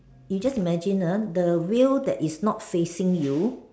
you just imagine uh the wheel that is not facing you